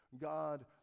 God